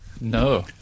No